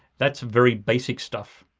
that's very basic stuff.